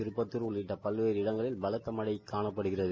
திருப்பத்தார் உள்ளிட்ட பல்வேறு இடங்களில் பலத்த மழை காணப்படுகிறது